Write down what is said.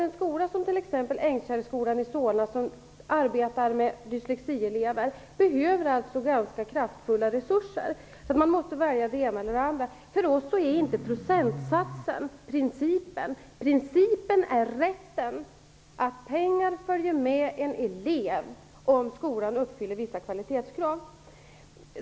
En skola som t.ex. Ängkärrskolan i Solna, som arbetar med dyslexielever, behöver ganska stora resurser. Man måste alltså välja det ena eller det andra. För oss är inte procentsatsen principen, utan den är att pengar följer med eleven, om skolan uppfyller vissa kvalitetskrav.